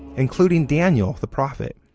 including daniel the prophet.